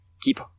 keep